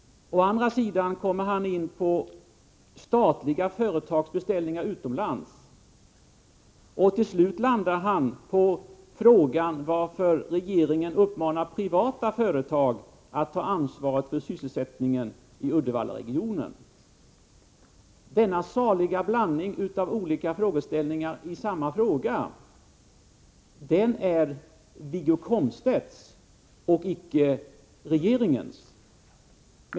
Sedan kommer han in på statliga företagsbeställningar utomlands. Till slut landar han på frågan varför regeringen uppmanar privata företag att ta ansvaret för sysselsättningen i Uddevallaregionen. Denna saliga blandning av olika frågeställningar kommer från Wiggo Komstedt, inte från regeringen.